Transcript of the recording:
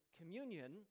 communion